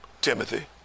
Timothy